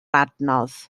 adnodd